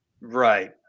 Right